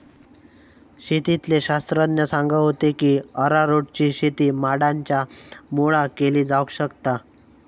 शेतीतले शास्त्रज्ञ सांगा होते की अरारोटची शेती माडांच्या मुळाक केली जावक शकता